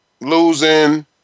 losing